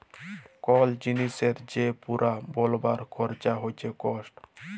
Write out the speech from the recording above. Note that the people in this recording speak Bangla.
কল জিলিসের যে পুরা বলবার খরচা হচ্যে কস্ট